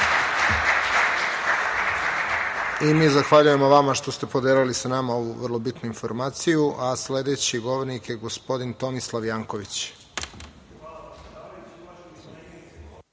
I mi zahvaljujemo vama što ste podelili sa nama ovu vrlo bitnu informaciju. Sledeći govornik je gospodin Tomislav Janković.